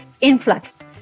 influx